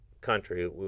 country